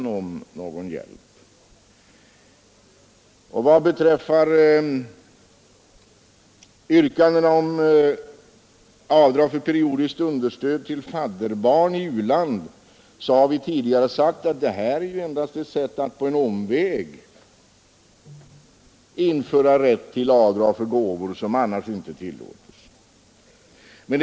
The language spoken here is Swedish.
15 Vad beträffar yrkandena om avdrag för periodiskt understöd till fadderbarn i u-land har vi tidigare sagt att detta endast är ett sätt att på en omväg införa rätt till avdrag för gåvor, som annars inte tillåtes.